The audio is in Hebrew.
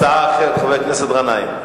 הצעה אחרת, חבר הכנסת גנאים.